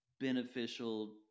beneficial